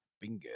Bingo